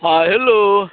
हँ हेलो